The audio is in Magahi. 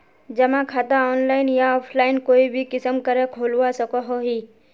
जमा खाता ऑनलाइन या ऑफलाइन कोई भी किसम करे खोलवा सकोहो ही?